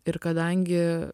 ir kadangi